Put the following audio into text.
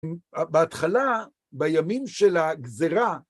בהתחלה, בימים של הגזרה